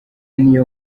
niyo